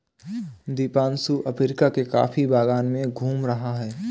Deepanshu Africa के coffee बागान में घूम रहा है